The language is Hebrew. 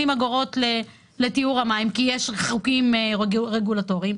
אגורות לטיהור המים כי יש חוקים רגולטוריים.